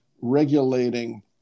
regulating